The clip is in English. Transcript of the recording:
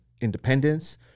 independence